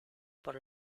por